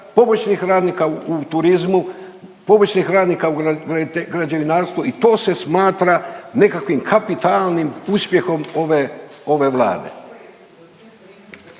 pomoćnih radnika u turizmu, pomoćnih radnika u građevinarstvu i to se smatra nekakvim kapitalnim uspjehom ove Vlade.